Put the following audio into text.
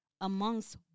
amongst